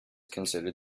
considered